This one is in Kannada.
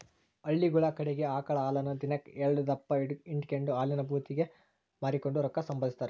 ಹಳ್ಳಿಗುಳ ಕಡಿಗೆ ಆಕಳ ಹಾಲನ್ನ ದಿನಕ್ ಎಲ್ಡುದಪ್ಪ ಹಿಂಡಿಕೆಂಡು ಹಾಲಿನ ಭೂತಿಗೆ ಮಾರಿಕೆಂಡು ರೊಕ್ಕ ಸಂಪಾದಿಸ್ತಾರ